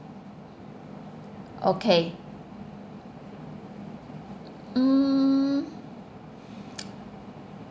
okay mm